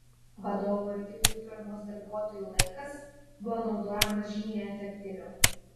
vadovo ir kitų firmos darbuotojų laikas buvo naudojamas žymiai efektyviau